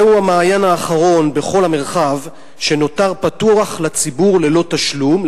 זהו המעיין האחרון בכל המרחב שנותר פתוח לציבור ללא תשלום,